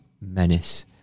menace